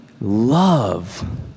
love